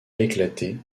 éclaté